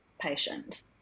patient